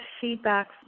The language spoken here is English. feedback